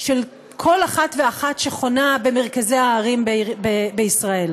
של כל אחד ואחת שחונה במרכזי הערים בישראל.